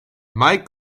mike